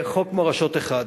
לחוק מורשות אחד,